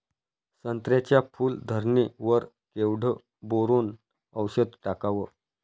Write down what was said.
संत्र्याच्या फूल धरणे वर केवढं बोरोंन औषध टाकावं?